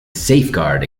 safeguard